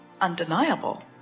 undeniable